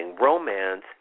romance